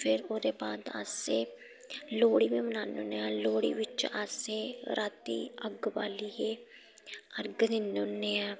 फिर ओह्दे बाद अस लोह्ड़ी बी मनान्ने होन्ने आं लोह्ड़ी बिच्च अस राती अग्ग बालियै अर्घ दिन्ने होन्ने ऐं